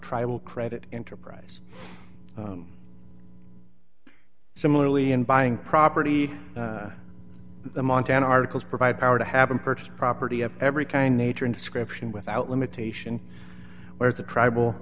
tribal credit enterprise similarly in buying property the montana articles provide power to having purchased property of every kind nature inscription without limitation where the tribal